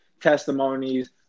testimonies